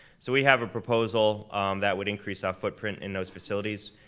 so we have a proposal that would increase our footprint in those facilities.